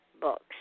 books